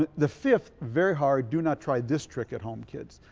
the the fifth, very hard, do not try this trick at home kids.